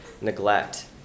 neglect